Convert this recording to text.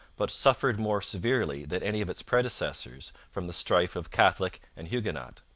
but suffered more severely than any of its predecessors from the strife of catholic and huguenot.